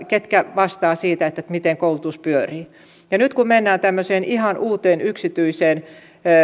ketkä vastaavat siitä miten koulutus pyörii nyt kun mennään tämmöiseen ihan uuteen yksityiseen